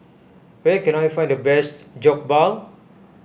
where can I find the best Jokbal